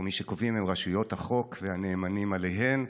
או מי שקובעים הם רשויות החוק והנאמנים עליהן.